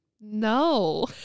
no